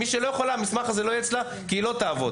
מי שלא יכולה, המסמך הזה לא יהיה כי היא לא תעבוד.